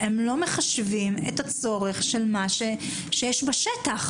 הם לא מחשבים את הצורך שיש בשטח.